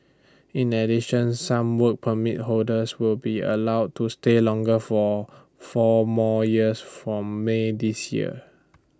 in addition some Work Permit holders will be allowed to stay longer for four more years from may this year